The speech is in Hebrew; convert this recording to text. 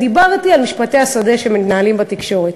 דיברתי על משפטי השדה שמנהלים בתקשורת.